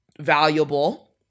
valuable